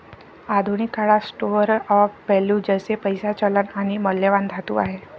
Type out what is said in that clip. आधुनिक काळात store of value जसे पैसा, चलन आणि मौल्यवान धातू आहे